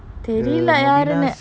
தெரில யாருனு:terila yaarunu